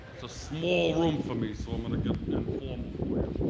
it's a small room for me so i'm gonna get informal for you.